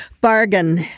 bargain